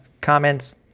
comments